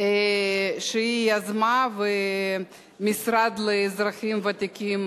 שהיא והמשרד לאזרחים ותיקים